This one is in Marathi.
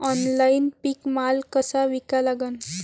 ऑनलाईन पीक माल कसा विका लागन?